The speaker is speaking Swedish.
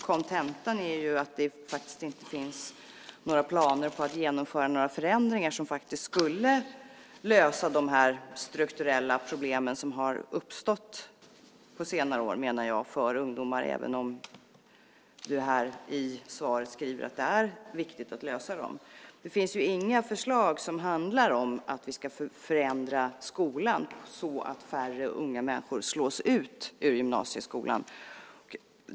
Kontentan är att det inte finns några planer på att genomföra några förändringar som skulle lösa de strukturella problemen som har uppstått på senare år för ungdomar, även om du i ditt svar sade att det är viktigt att lösa dem. Det finns inga förslag som handlar om att förändra skolan så att färre unga människor slås ut ur gymnasieskolan.